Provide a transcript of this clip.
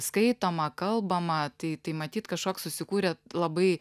skaitoma kalbama tai tai matyt kažkoks susikūrė labai